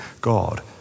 God